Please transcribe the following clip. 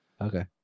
Okay